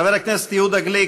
חבר הכנסת יהודה גליק,